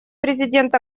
президент